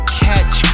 catch